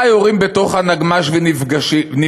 מתי יורים בתוך הנגמ"ש ונפגעים?